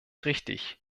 richtig